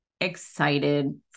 excited